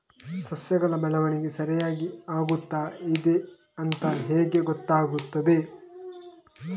ಸಸ್ಯಗಳ ಬೆಳವಣಿಗೆ ಸರಿಯಾಗಿ ಆಗುತ್ತಾ ಇದೆ ಅಂತ ಹೇಗೆ ಗೊತ್ತಾಗುತ್ತದೆ?